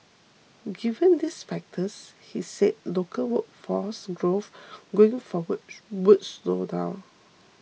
given these factors he said local workforce growth going forward would slow down